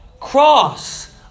cross